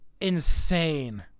insane